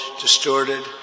distorted